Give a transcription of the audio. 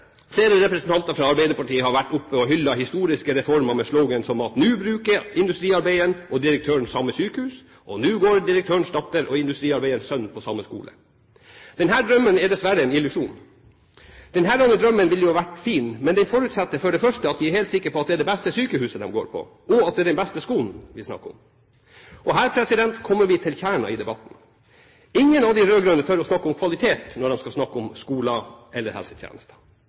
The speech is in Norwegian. Flere representanter fra Arbeiderpartiet har vært oppe og hyllet historiske reformer med slogans som at nå bruker industriarbeideren og direktøren samme sykehus, og nå går direktørens datter og industriarbeiderens sønn på samme skole. Denne drømmen er dessverre en illusjon. Denne drømmen ville jo ha vært fin, men den forutsetter for det første at vi er helt sikre på at det er det beste sykehuset det er snakk om, og at det er den beste skolen de går på. Her kommer vi til kjernen i debatten. Ingen av de rød-grønne tør å snakke om kvalitet når de skal snakke om skole eller helsetjenester.